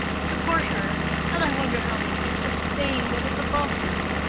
support her and i wonder how they can sustain what is above them